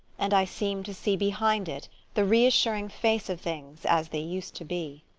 and i seemed to see behind it the reassuring face of things as they used to be.